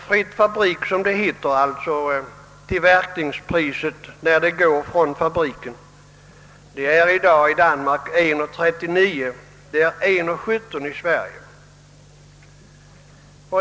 Fritt fabrik som det heter, alltså tillverkningspriset när sockret lämnar fabriken, är i dag i Danmark 1: 39 och i Sverige 1:17.